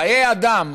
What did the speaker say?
חיי אדם